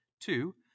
two